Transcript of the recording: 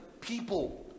people